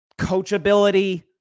coachability